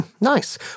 nice